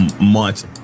months